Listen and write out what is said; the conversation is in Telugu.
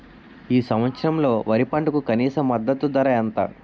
ఈ సంవత్సరంలో వరి పంటకు కనీస మద్దతు ధర ఎంత?